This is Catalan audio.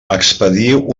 expediu